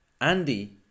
Andy